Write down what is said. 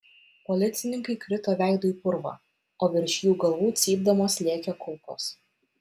policininkai krito veidu į purvą o virš jų galvų cypdamos lėkė kulkos